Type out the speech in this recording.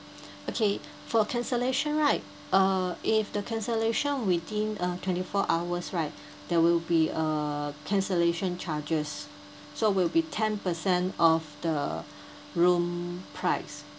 okay for cancellation right err if the cancellation within uh twenty four hours right there will be a cancellation charges so will be ten percent of the room price